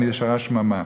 היא נשארה שממה.